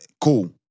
Cool